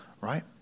right